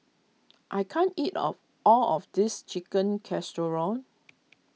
I can't eat of all of this Chicken Casserole